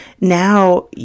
now